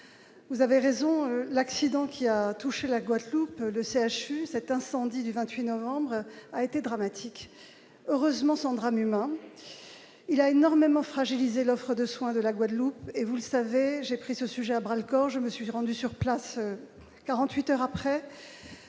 vous avez raison, l'accident qui a touché la Guadeloupe, le CHU cet incendie du 28 novembre a été dramatique, heureusement sans drame humain, il a énormément fragilisé l'offre de soin de la Guadeloupe, et vous savez, j'ai pris ce sujet à bras le corps, je me suis rendu sur place, 48 heures après,